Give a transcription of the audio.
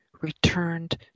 returned